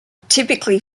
typically